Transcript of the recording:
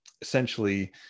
essentially